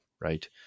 right